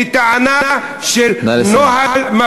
בטענה של נוהל,